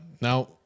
now